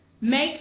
make